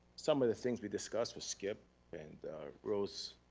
some of the things we discussed with skip and rose,